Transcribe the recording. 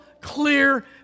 clear